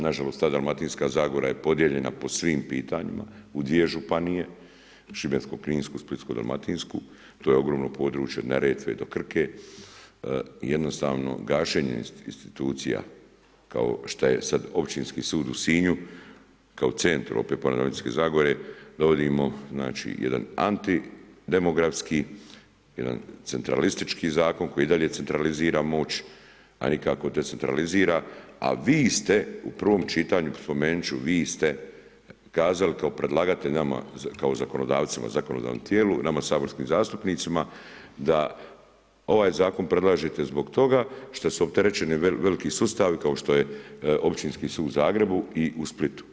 Nažalost, ta Dalmatinska zagora je podijeljena po svim pitanjima, u 2 županije, Šibensko kninska, Splitsko dalmatinsko, to je ogromno područje od Neretve do Krke i jednostavno gašenje insinuacija, kao što je sada općinski sud u Sinju, kao centru, opet ponavljam Dalmatinske zagore, dovodimo jedan antidemografski, jedan centralistički zakon, koji i dalje centralizira moć, a nikako decentralizira, a vi ste u prvom čitanju, spomenuti ću, vi ste kazali kao predlagatelj nama kao zakonodavcima, zakonodavnom tijelu, nama saborskim zastupnicima, da ovaj zakon predlažete zbog toga što su opterećeni veliki sustavi kao što je općinski sud u Zagrebu i u Splitu.